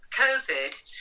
COVID